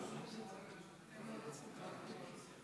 שלוש דקות לרשותך.